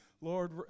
Lord